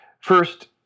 First